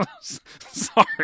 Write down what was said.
sorry